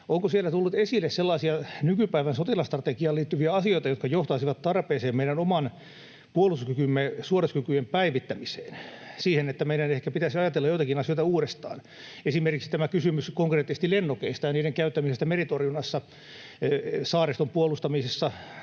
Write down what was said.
Onko siellä tullut esille sellaisia nykypäivän sotilasstrategiaan liittyviä asioita, jotka johtaisivat tarpeeseen päivittää meidän oman puolustuskykymme suorituskykyjä, siihen, että meidän ehkä pitäisi ajatella joitakin asioita uudestaan? Esimerkiksi tämä kysymys konkreettisesti lennokeista ja niiden käyttämisestä meritorjunnassa, saariston puolustamisessa: